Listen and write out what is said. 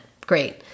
Great